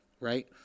right